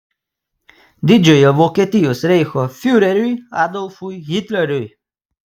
didžiojo vokietijos reicho fiureriui adolfui hitleriui